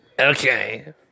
Okay